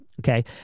Okay